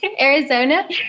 Arizona